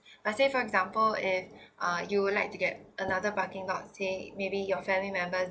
I say for example if uh you would like to get another parking lot say maybe your family members